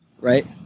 right